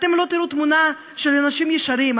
אתם לא תראו תמונה של אנשים ישרים,